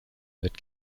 wird